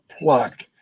pluck